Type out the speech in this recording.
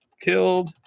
Killed